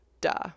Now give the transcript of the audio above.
duh